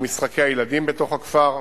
ומשחקי הילדים בתוך הכפר,